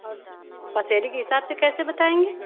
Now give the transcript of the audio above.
और पसेरी के हिसाब से कैसे बताएँगे